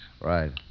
Right